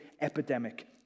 epidemic